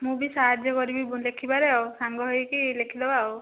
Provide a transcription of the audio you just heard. ମୁଁ ବି ସାହାଯ୍ୟ କରିବି ଲେଖିବାରେ ଆଉ ସାଙ୍ଗ ହୋଇକି ଲେଖିଦେବା ଆଉ